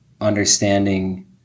understanding